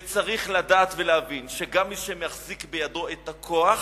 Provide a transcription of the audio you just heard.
וצריך לדעת ולהבין שגם מי שמחזיק בידו את הכוח,